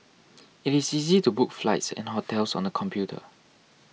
it is easy to book flights and hotels on the computer